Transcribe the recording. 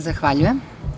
Zahvaljujem.